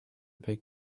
big